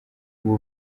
ubu